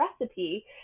recipe